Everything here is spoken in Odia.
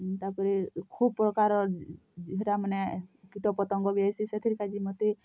ତା'ପରେ ଖୁବ୍ ପ୍ରକାର୍ ଜେହରା ମାନେ କୀଟପତଙ୍ଗ ବି ଆଇସି ସେଥିର୍ କାଯେ ମୋତେ